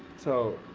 so,